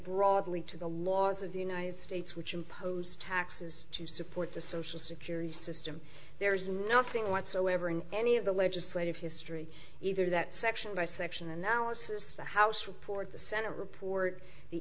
broadly to the laws of the united states which impose taxes to support the social security system there is nothing whatsoever in any of the legislative history either that section by section analysis the house report the senate report the